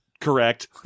Correct